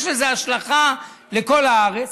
יש לזה השלכה לכל הארץ,